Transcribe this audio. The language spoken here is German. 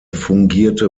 fungierte